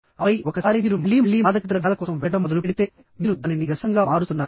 ఆపై ఒకసారి మీరు మళ్లీ మళ్లీ మాదకద్రవ్యాల కోసం వెళ్లడం మొదలుపెడితే మీరు దానిని వ్యసనంగా మారుస్తున్నారు